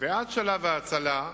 ועד שלב ההצלה,